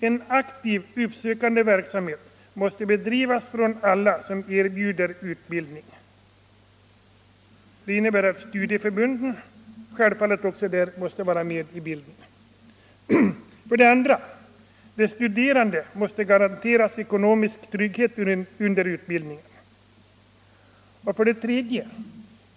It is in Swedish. En aktiv uppsökande verksamhet måste bedrivas av alla som erbjuder utbildning. Det innebär att studieförbunden självfallet också måste vara med i bilden. 2. De studerande måste garanteras ekonomisk trygghet under utbildningen. 3.